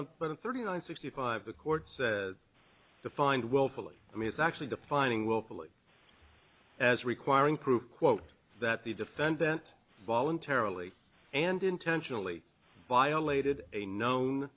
in thirty nine sixty five the courts defined willfully i mean it's actually defining willfully as requiring proof quote that the defendant voluntarily and intentionally violated a known